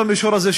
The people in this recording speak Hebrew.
במישור הזה,